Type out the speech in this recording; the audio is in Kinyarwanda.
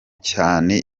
cyane